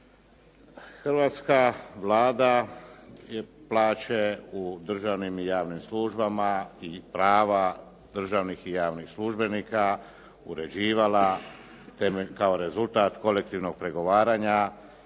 Hrvatska Vlada je plaće u državnim i javnim službama i prava državnih i javnih službenika uređivala kao rezultat kolektivnog pregovaranja